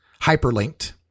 hyperlinked